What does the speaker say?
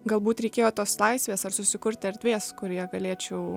galbūt reikėjo tos laisvės ar susikurti erdvės kurioje galėčiau